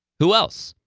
who else?